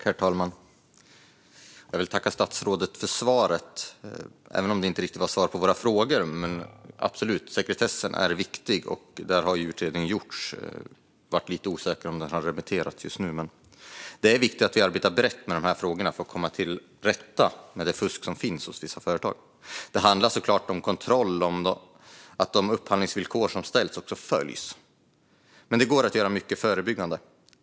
Herr talman! Jag vill tacka statsrådet för svaret, även om det inte riktigt var svar på våra frågor. Sekretessen är absolut viktig, och det har gjorts en utredning - jag är dock lite osäker på om den har remitterats. Det är viktigt att vi arbetar brett med dessa frågor för att komma till rätta med det fusk som förekommer hos vissa företag. Det handlar såklart om kontroll och om att de upphandlingsvillkor som ställs också uppfylls, men det går också att göra mycket förebyggande.